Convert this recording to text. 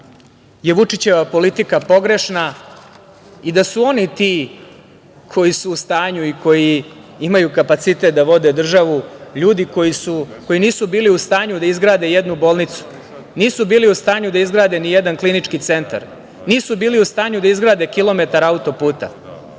je Vučićeva politika pogrešna i da su oni ti koji su u stanju i koji imaju kapacitet da vode državu, ljudi koji nisu bili u stanju da izgrade jednu bolnicu, nisu bili u stanju da izgrade nijedan klinički centar, nisu bili u stanju da izgrade nijedan kilometar autoputa,